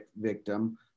victim